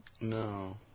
No